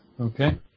Okay